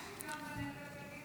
מה עם שוויון בנטל?